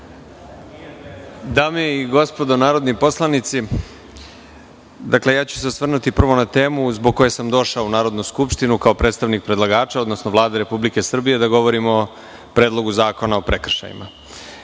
Dame i gospodo narodni poslanici, osvrnuću se prvo na temu zbog koje sam došao u Narodnu skupštinu kao predstavnik predlagača, odnosno Vlade Republike Srbije, da govorim o Predlogu zakona o prekršajima. Pre